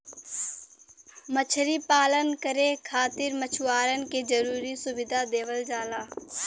मछरी पालन करे खातिर मछुआरन के जरुरी सुविधा देवल जाला